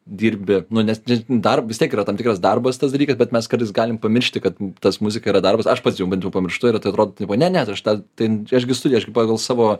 dirbi nu nes ni dar vis tiek yra tam tikras darbas tas dalykas bet mes kartais galim pamiršti kad tas muzika yra darbas aš pats jau bent jau pamirštu ir t atrod tipo ne ne aš tad ten aš gi studijoj aš gi pagal savo